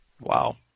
Wow